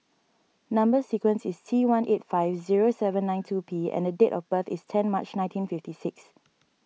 Number Sequence is T one eight five zero seven nine two P and the date of birth is ten March nineteen fifty six